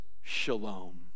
shalom